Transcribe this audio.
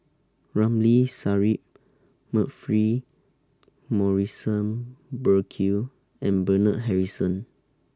Ramli Sarip Humphrey Morrison Burkill and Bernard Harrison